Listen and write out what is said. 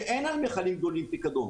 כשאין על מיכלים גדולים פיקדון.